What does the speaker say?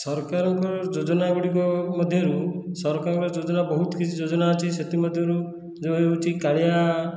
ସରକାରଙ୍କର ଯୋଜନା ଗୁଡ଼ିକ ମଧ୍ୟରୁ ସରକାରଙ୍କ ଯୋଜନା ବହୁତ କିଛି ଯୋଜନା ଅଛି ସେଥିମଧ୍ୟରୁ ଜଣେ ହେଉଛି କାଳିଆ